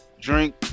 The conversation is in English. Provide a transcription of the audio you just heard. drink